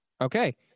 Okay